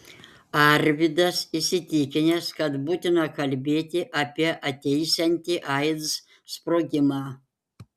arvydas įsitikinęs kad būtina kalbėti apie ateisiantį aids sprogimą